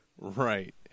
Right